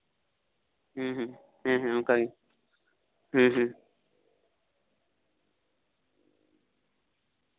ᱦᱩᱸ ᱦᱩᱸ ᱦᱮᱸ ᱦᱮᱸ ᱚᱱᱠᱟ ᱜᱮ ᱦᱩᱸ ᱦᱩᱸ